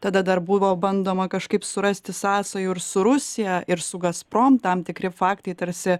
tada dar buvo bandoma kažkaip surasti sąsajų ir su rusija ir su gazprom tam tikri faktai tarsi